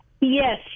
Yes